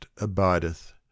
abideth